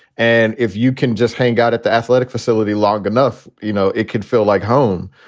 and if you can just hang out at the athletic facility long enough, you know, it could feel like home.